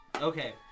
Okay